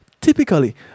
typically